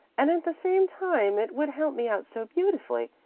and at the same time it would help me out so beautifully.